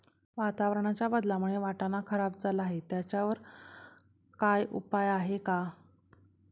वातावरणाच्या बदलामुळे वाटाणा खराब झाला आहे त्याच्यावर काय उपाय आहे का?